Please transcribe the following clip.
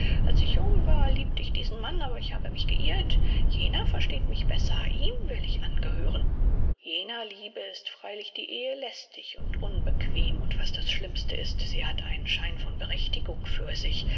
als ich jung war liebte ich diesen mann aber ich habe mich geirrt jener versteht mich besser ihm will ich angehören jener liebe ist freilich die ehe lästig und unbequem und was das schlimmste ist sie hat einen schein von berechtigung für sich